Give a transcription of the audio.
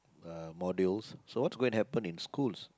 uh modules so what's going to happen in schools